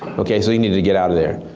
okay so he needed to get out of there.